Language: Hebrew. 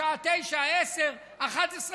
בשעה 21:00,